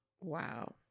Wow